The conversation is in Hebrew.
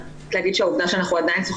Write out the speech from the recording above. רק להגיד שהעובדה שאנחנו עדיין צריכות